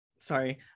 sorry